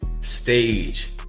stage